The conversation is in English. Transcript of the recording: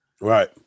Right